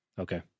Okay